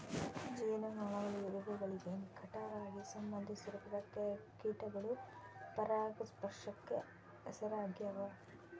ಜೇನುನೊಣಗಳು ಇರುವೆಗಳಿಗೆ ನಿಕಟವಾಗಿ ಸಂಬಂಧಿಸಿರುವ ರೆಕ್ಕೆಯ ಕೀಟಗಳು ಪರಾಗಸ್ಪರ್ಶಕ್ಕೆ ಹೆಸರಾಗ್ಯಾವ